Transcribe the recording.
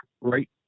right